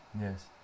Yes